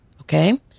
Okay